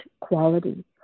quality